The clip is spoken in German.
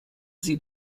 sie